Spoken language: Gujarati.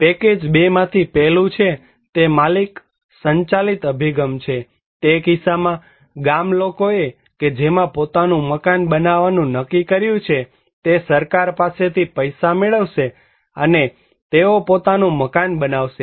પેકેજ 2 માથી પહેલું છે તે માલિક સંચાલિત અભિગમ છે તે કિસ્સામાં ગામલોકોએ કે જેમાં પોતાનું મકાન બનાવવાનું નક્કી કર્યું છે તે સરકાર પાસેથી પૈસા મેળવશે અને તેઓ પોતાનું મકાન બનાવશે